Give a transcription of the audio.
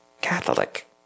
Catholic